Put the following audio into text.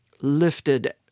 lifted